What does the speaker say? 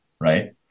right